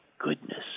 goodness